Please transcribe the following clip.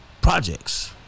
projects